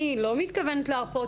אני לא מתכוונת להרפות,